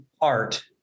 art